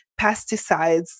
pesticides